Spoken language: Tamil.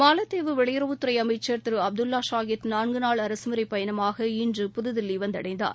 மாலத்தீவு வெளியுறவுத்துறை அமைச்சர் அப்துல்லா ஷாகித் நான்கு நாள் அரசமுறைப் பயணமாக இன்று புதுதில்லி வந்தடைந்தார்